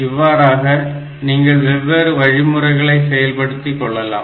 இவ்வாறாக நீங்கள் வெவ்வேறு வழிமுறைகளை செயல்படுத்தி கொள்ளலாம்